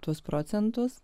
tuos procentus